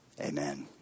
amen